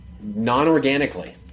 non-organically